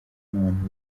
n’abantu